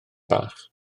bach